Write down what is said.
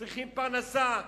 שצריכים פרנסה,